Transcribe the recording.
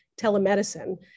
telemedicine